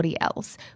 Else